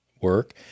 work